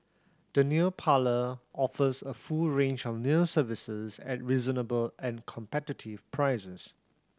the nail parlour offers a full range of nail services at reasonable and competitive prices